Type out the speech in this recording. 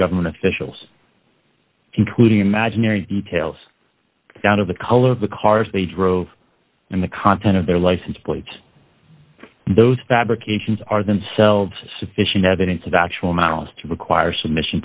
government officials including imaginary details down of the color of the car as they drove in the content of their license plate those fabrications are themselves sufficient evidence of actual malice to require submission